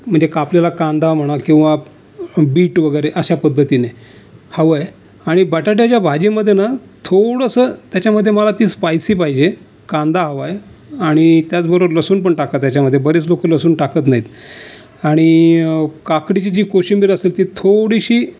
मग ते कापलेला कांदा म्हणा किंवा बीट वगैरे अशा पद्धतीने हवं आहे आणि बटाट्याच्या भाजीमध्ये ना थोडंसं त्याच्यामध्ये मला ती स्पायसी पाहिजे कांदा हवा आहे आणि त्याचबरोबर लसूण पण टाका त्याच्यामध्ये बरेच लोकं लसूण टाकत नाहीत आणि काकडीची जी कोशिंबीर असेल ती थोडीशी